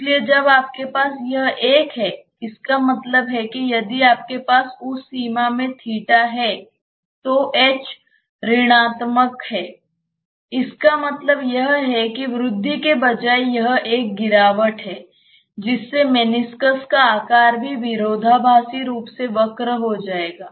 इसलिए जब आपके पास यह एक है इसका मतलब है कि यदि आपके पास उस सीमा में थीटा है तो H ऋणात्मक है इसका मतलब यह है कि वृद्धि के बजाय यह एक गिरावट है जिससे मेनिस्कस का आकार भी विरोधाभासी रूप से वक्र हो जाएगा